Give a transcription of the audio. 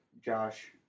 Josh